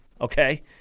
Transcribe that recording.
Okay